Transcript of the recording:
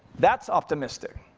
that's optimistic.